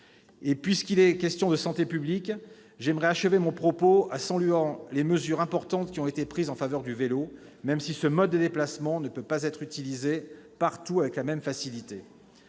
Puisqu'il est question de santé publique, j'aimerais achever mon propos en saluant les mesures importantes qui ont été prises en faveur du vélo, même si ce mode de déplacement ne peut pas être utilisé partout avec la même facilité.